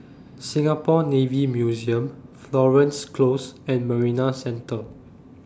Singapore Navy Museum Florence Close and Marina Centre